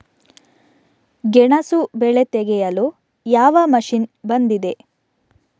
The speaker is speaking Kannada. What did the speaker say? ಗೆಣಸು ಬೆಳೆ ತೆಗೆಯಲು ಯಾವ ಮಷೀನ್ ಬಂದಿದೆ?